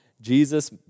Jesus